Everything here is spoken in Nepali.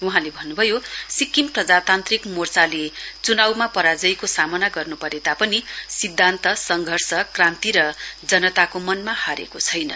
वहाँले भन्नुभयो सिक्किम प्रजातान्त्रिक मोर्चाले चुनाउमा पराजयको सामना गर्नु परे तापनि सिध्दान्त सङघर्ष क्रान्ति र जनताको मनमा हारेको छैन